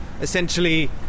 essentially